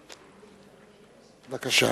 בבקשה.